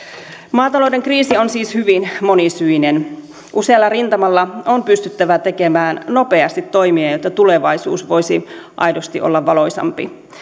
maatalouden kriisi on siis hyvin monisyinen usealla rintamalla on pystyttävä tekemään nopeasti toimia jotta tulevaisuus voisi aidosti olla valoisampi